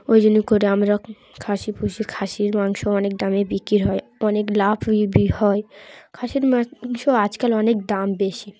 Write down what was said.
ওই জন্য করে আমরা খাসি পুষি খাসির মাংস অনেক দামে বিক্রি হয় অনেক লাভ হয় খাসির মাংস আজকাল অনেক দাম বেশি